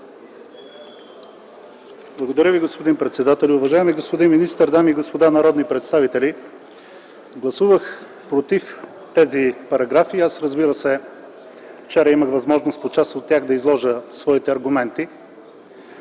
Благодаря Ви, господин председателю. Уважаеми господин министър, дами и господа народни представители! Гласувах „против” тези параграфи. Вчера имах възможност по част от тях да изложа своите аргументи,